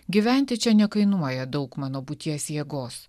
gyventi čia nekainuoja daug mano būties jėgos